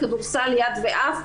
כדורסל יד ועף.